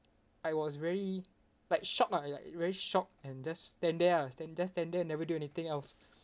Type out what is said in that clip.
I was very like shocked ah like very shocked and just stand there ah just stand there and never do anything else